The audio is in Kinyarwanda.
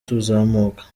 tuzamuka